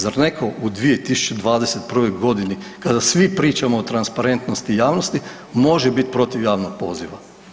Zar netko u 2021. g. kada svi pričamo o transparentnosti i javnosti, može biti protiv javnog poziva?